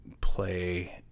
play